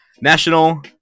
National